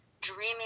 dreaming